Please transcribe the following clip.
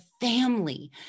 family